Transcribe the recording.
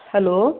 hello